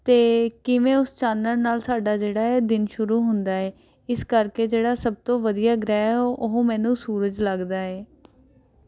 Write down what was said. ਅਤੇ ਕਿਵੇਂ ਉਸ ਚਾਨਣ ਨਾਲ ਸਾਡਾ ਜਿਹੜਾ ਹੈ ਦਿਨ ਸ਼ੁਰੂ ਹੁੰਦਾ ਹੈ ਇਸ ਕਰਕੇ ਜਿਹੜਾ ਸਭ ਤੋਂ ਵਧੀਆ ਗ੍ਰਹਿ ਹੈ ਉਹ ਮੈਨੂੰ ਸੂਰਜ ਲੱਗਦਾ ਹੈ